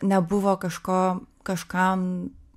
nebuvo kažko kažkam